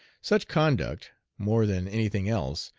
such conduct, more than any thing else,